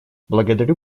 благодарю